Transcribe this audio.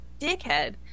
dickhead